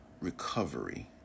recovery